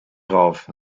drauf